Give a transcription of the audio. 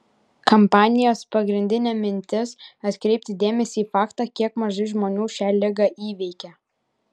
kampanijos pagrindinė mintis atkreipti dėmesį į faktą kiek mažai žmonių šią ligą įveikia